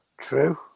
True